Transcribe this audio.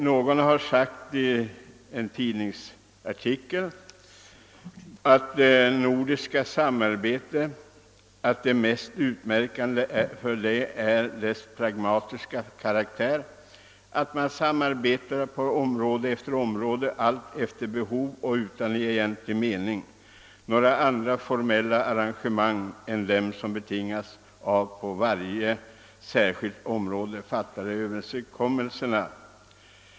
Någon har i en tidningsartikel skrivit att det mest utmärkande för det nordiska samarbetet är dess pragmatiska karaktär, att man samarbetar på område efter område alltefter behov men utan egentlig mening. Några andra arrangemang än sådana som betingas av på varje särskilt område fattade beslut vidtas inte.